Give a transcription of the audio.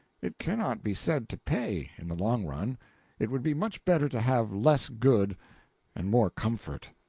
it cannot be said to pay, in the long run it would be much better to have less good and more comfort.